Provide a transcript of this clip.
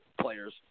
players